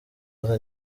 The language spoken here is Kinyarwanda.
aza